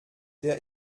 der